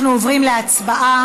אנחנו עוברים להצבעה.